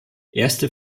erste